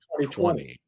2020